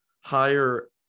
higher